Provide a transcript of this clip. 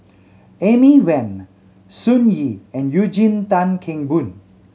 Amy Van Sun Yee and Eugene Tan Kheng Boon